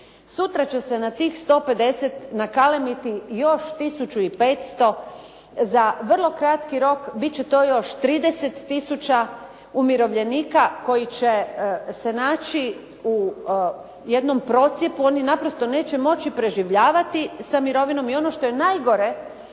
Sutra će se na tih 150 nakalemiti još 1500, za vrlo kratki rok biti će to još 30 tisuća umirovljenika koji će se naći u jednom procjepu, oni naprosto neće moći preživljavati sa mirovinom i ono što je najgore,